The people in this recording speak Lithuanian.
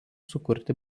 sukurti